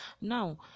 now